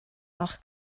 ach